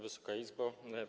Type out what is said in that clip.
Wysoka Izbo!